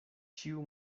ĉiu